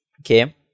okay